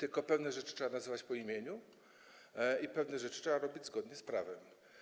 Ale pewne rzeczy trzeba nazywać po imieniu i pewne rzeczy trzeba robić zgodnie z prawem.